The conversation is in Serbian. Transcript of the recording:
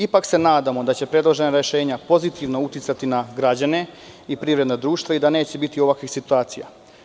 Ipak se nadamo da će predložena rešenja pozitivno uticati na građane i privredna društva i da neće biti ovakvih situacija.